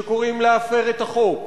שקוראים להפר את החוק,